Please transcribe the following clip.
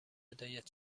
هدایت